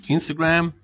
Instagram